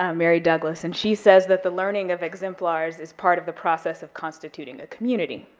um mary douglas, and she says that, the learning of exemplars is part of the process of constituting a community,